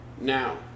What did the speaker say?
now